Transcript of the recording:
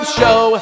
show